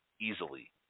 easily